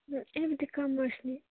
ꯑꯩꯕꯨꯗꯤ ꯀꯃ꯭ꯔꯁꯅꯦ